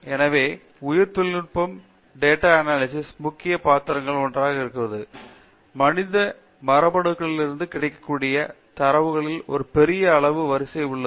எனவே உயிரித் தொழில்நுட்பம் பெரிய டேட்டா அனாலிசிஸ் ல் முக்கிய பாத்திரங்களில் ஒன்றாக இருப்பதால் மனித மரபணுக்களிலிருந்து கிடைக்கக்கூடிய தரவுகளில் ஒரு பெரிய அளவு வரிசை உள்ளது